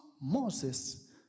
Moses